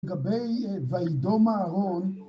לגבי וידום אהרון,